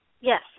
Yes